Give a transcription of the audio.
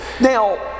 Now